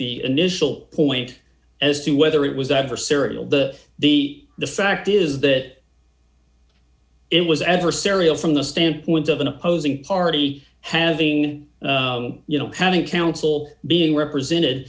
the initial point as to whether it was adversarial the the the fact is that it was adversarial from the standpoint of an opposing party having you know having counsel being represented